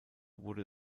wurde